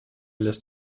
lässt